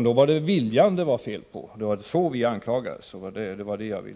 Då var det viljan det var fel på — så anklagades vi.